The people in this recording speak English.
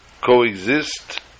coexist